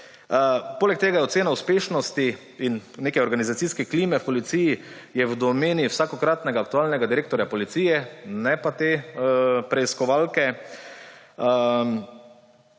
Poleg tega je ocena uspešnosti in neke organizacijske klime v policiji v domeni vsakokratnega aktualnega direktorja policije, ne pa te preiskovalke.